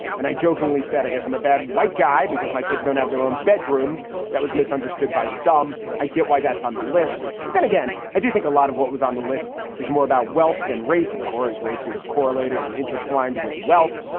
and i jokingly said, i guess i'm a bad white guy because my kids don't have their own bedrooms. that was misunderstood by some. i get why that's on the list. then again, i do think a lot of what was on the list is more about wealth than race. of course, race is correlated and intertwined with wealth.